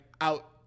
out